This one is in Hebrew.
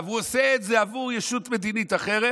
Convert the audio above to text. והוא עושה את זה עבור ישות מדינית אחרת,